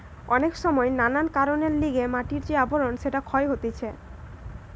অনেক সময় নানান কারণের লিগে মাটির যে আবরণ সেটা ক্ষয় হতিছে